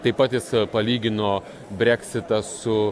taip pat jis palygino breksitą su